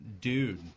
Dude